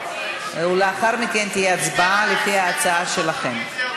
ולאחר מכן תהיה הצבעה לפי ההצעה שלכם.